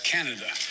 Canada